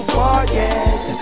forget